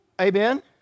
Amen